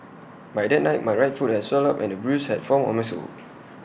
by that night my right foot had swelled up and A bruise had formed on my sole